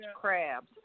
crabs